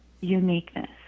uniqueness